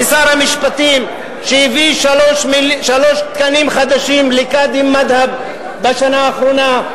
ושר המשפטים שהביא שלושה תקנים חדשים לקאדים מד'הב בשנה האחרונה.